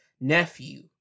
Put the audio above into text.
nephew